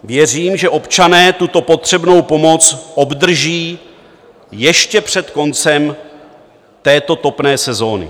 Věřím, že občané tuto potřebnou pomoc obdrží ještě před koncem této topné sezony.